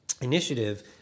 initiative